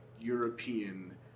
European